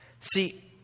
See